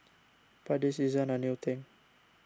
but this isn't a new thing